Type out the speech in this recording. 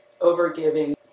overgiving